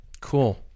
Cool